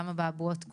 גם אבעבועות הקוף.